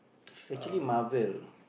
is actually Marvel